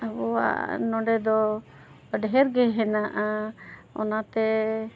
ᱟᱵᱚᱣᱟᱜ ᱱᱚᱰᱮ ᱫᱚ ᱰᱷᱮᱨ ᱜᱮ ᱦᱮᱱᱟᱜᱼᱟ ᱚᱱᱟᱛᱮ